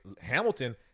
Hamilton